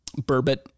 burbot